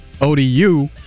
ODU